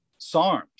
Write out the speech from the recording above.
SARMs